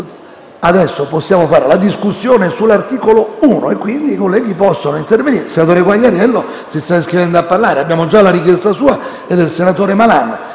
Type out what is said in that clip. Adesso possiamo fare la discussione sull'articolo 1 e, quindi, i colleghi possono intervenire. Il senatore Quagliariello si sta iscrivendo a parlare. Abbiamo la richiesta sua e dei senatori Malan,